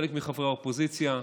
חלק מחברי האופוזיציה,